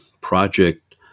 Project